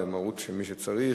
למרות של מי שצריך,